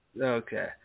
Okay